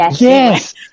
Yes